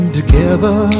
together